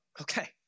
Okay